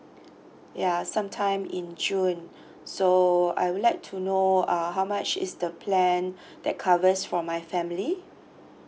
ya sometime in june so I would like to know uh how much is the plan that covers for my family